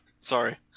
Sorry